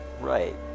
Right